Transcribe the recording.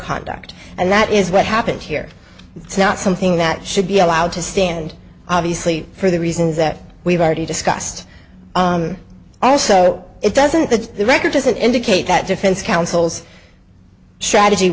conduct and that is what happened here it's not something that should be allowed to stand obviously for the reasons that we've already discussed also it doesn't the record doesn't indicate that defense counsel's strategy